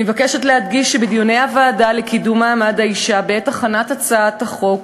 אני מבקשת להדגיש שבדיוני הוועדה לקידום מעמד האישה בעת הכנת הצעת החוק